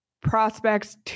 prospects